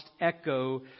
echo